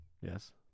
Yes